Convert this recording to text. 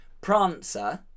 Prancer